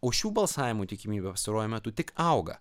o šių balsavimų tikimybė pastaruoju metu tik auga